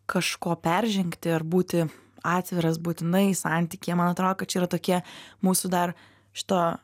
kažko peržengti ar būti atviras būtinai santykyje man atrodo kad čia yra tokie mūsų dar šito